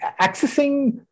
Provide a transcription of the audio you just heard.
accessing